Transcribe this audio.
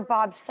Bob